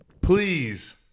Please